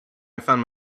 found